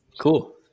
Cool